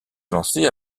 élancée